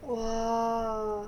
!wow!